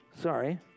Sorry